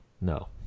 no